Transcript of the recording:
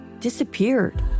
disappeared